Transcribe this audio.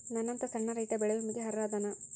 ನನ್ನಂತ ಸಣ್ಣ ರೈತಾ ಬೆಳಿ ವಿಮೆಗೆ ಅರ್ಹ ಅದನಾ?